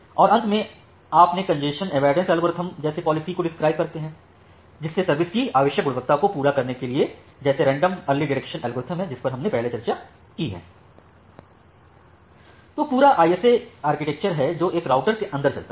और अंत में आपने कंजेशन अवॉइडेंस एल्गोरिथ्म जैसे पॉलिसी को डिस्क्राइब करते हैं जिससे सर्विस की आवश्यक गुणवत्ता को पूरा करने के लिए जैसे रैंडम अर्ली डेटेक्शन लगोरिथम जिस पर हमने पहले चर्चा की है तो पूरा आईएसए आर्किटेक्चर है जो एक राउटर के अंदर चलता है